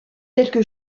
quelque